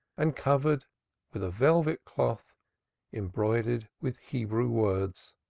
and covered with a velvet cloth embroidered with hebrew words